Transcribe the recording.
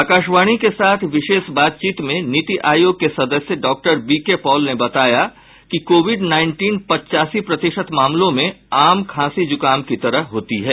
आकाशवाणी के साथ विशेष बातचीत में नीति आयोग के सदस्य डॉ वी के पॉल ने बताया कि कोविड नाईटीन पच्चासी प्रतिशत मामलों में आम खांसी जुकाम की तरह होती है